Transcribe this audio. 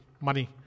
money